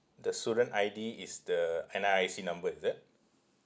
the student I_D is the N_R_I_C number is it